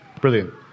brilliant